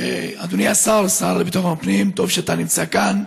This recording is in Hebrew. אדוני השר, השר לביטחון פנים, טוב שאתה נמצא כאן.